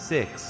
Six